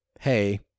hey